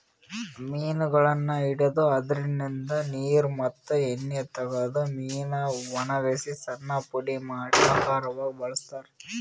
ಮೀನಗೊಳನ್ನ್ ಹಿಡದು ಅದ್ರಿನ್ದ ನೀರ್ ಮತ್ತ್ ಎಣ್ಣಿ ತಗದು ಮೀನಾ ವಣಗಸಿ ಸಣ್ಣ್ ಪುಡಿ ಮಾಡಿ ಆಹಾರವಾಗ್ ಬಳಸ್ತಾರಾ